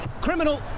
Criminal